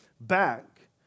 back